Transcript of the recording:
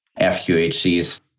FQHCs